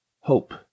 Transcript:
hope